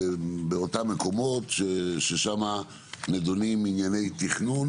באותם מקומות, ששמה נדונים ענייני תכנון,